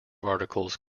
articles